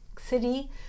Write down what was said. city